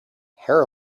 hair